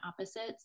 opposites